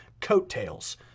coattails